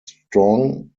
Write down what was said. strong